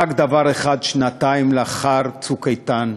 רק דבר אחד, שנתיים לאחר "צוק איתן",